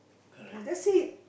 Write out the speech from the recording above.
guys that's it